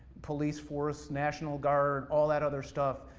police force, national guard, all that other stuff,